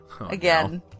Again